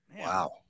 Wow